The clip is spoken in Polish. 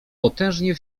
potężnie